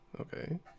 okay